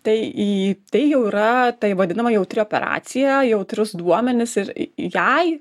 tai į tai jau yra tai vadinama jautri operacija jautrius duomenis ir jai